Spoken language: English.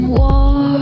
war